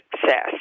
success